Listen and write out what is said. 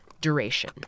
duration